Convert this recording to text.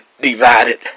divided